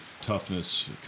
toughness